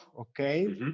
Okay